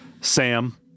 sam